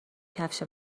کفش